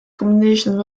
combination